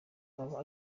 aba